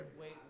wait